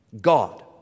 God